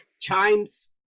Chimes